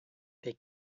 they